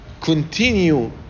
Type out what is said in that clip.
continue